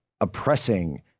oppressing